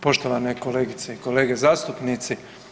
Poštovane kolegice i kolege zastupnici.